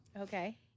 Okay